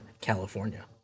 California